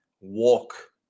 walk